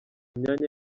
myanya